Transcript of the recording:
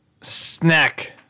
Snack